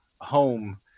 home